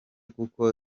kuko